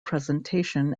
presentation